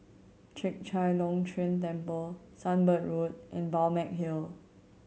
Chek Chai Long Chuen Temple Sunbird Road and Balmeg Hill